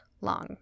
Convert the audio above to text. long